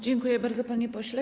Dziękuję bardzo, panie pośle.